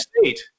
State